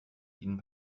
ihnen